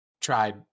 tried